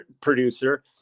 producer